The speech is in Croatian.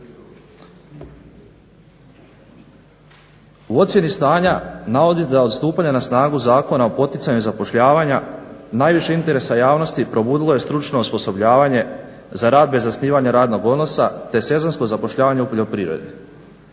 U ocjeni stanja navodi da od stupanja na snagu zakona o poticanju zapošljavanja najviše interesa javnosti probudilo je stručno osposobljavanje za rad bez zasnivanja radnog odnosa te sezonsko zapošljavanje u poljoprivredi.